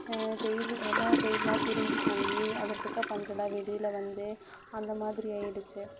தையல் எல்லாம் தையெல்லாம் பிரிந்து போய் அதில் இருக்கிற பஞ்செல்லாம் வெளியில வந்து அந்த மாதிரி ஆயிடிச்சு